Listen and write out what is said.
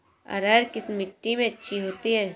अरहर किस मिट्टी में अच्छी होती है?